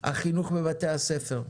החינוך בבתי הספר.